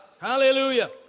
Hallelujah